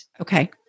Okay